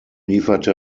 lieferte